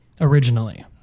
Originally